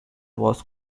was